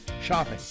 Shopping